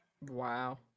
Wow